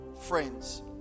friends